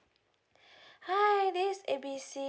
hi this is A B C